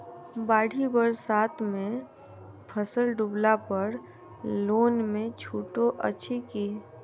बाढ़ि बरसातमे फसल डुबला पर लोनमे छुटो अछि की